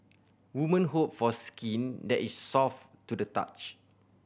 women hope for skin that is soft to the touch